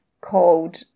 called